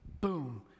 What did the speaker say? boom